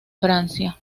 francia